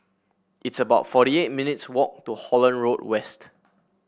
it's about forty eight minutes' walk to Holland Road West